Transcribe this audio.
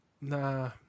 Nah